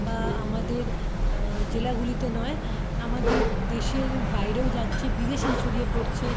বা আমাদের জেলাগুলিতে নয় আমাদের দেশের বাইরেও যাচ্ছে বিদেশে ছড়িয়ে পড়ছে